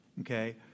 okay